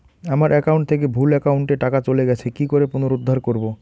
আমার একাউন্ট থেকে ভুল একাউন্টে টাকা চলে গেছে কি করে পুনরুদ্ধার করবো?